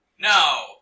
No